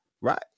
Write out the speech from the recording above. right